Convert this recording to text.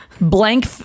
blank